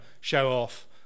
show-off